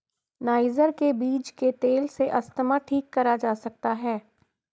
niger के बीज के तेल से अस्थमा ठीक करा जा सकता है